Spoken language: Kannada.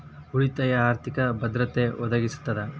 ಉಳಿತಾಯ ಆರ್ಥಿಕ ಭದ್ರತೆಯನ್ನ ಒದಗಿಸ್ತದ